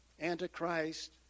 Antichrist